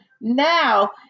Now